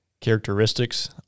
characteristics